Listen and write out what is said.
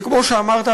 וכמו שאמרת,